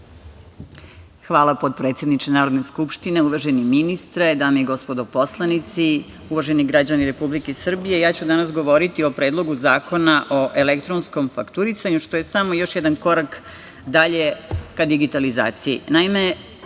Hvala potpredsedniče Narodne skupštine. Uvaženi ministre, dame i gospodo poslanici, uvaženi građani Republike Srbije, ja ću danas govoriti o Predlogu zakona o elektronskom fakturisanju, što je samo još jedan korak dalje ka digitalizaciji. Naime,